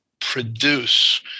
produce